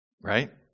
right